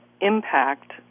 impact